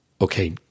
okay